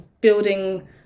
building